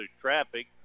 traffic